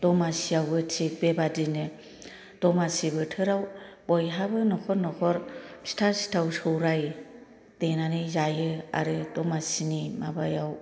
लावखार ओंखाम जायो दमासि आवबो थिग बे बिदिनो दमासि बोथोराव बयहाबो नखर नखर फिथा सिथाव सौराय देनानै जायो आरो दमासिनि माबायाव